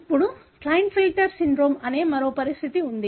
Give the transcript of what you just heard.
ఇప్పుడు Klinefelter syndrome అనే మరో పరిస్థితి ఉంది